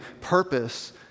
purpose